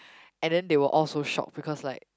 and then they were all so shock because like